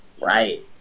Right